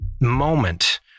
moment